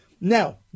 Now